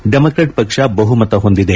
Democrat ಪಕ್ಷ ಬಹುಮತ ಹೊಂದಿದೆ